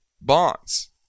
bonds